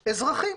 אזרחים,